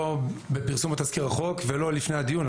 לא בפרסום תזכיר החוק ולא לפני הדיון.